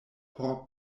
por